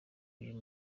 uyu